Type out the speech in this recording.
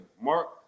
Mark